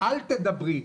אל תדברי,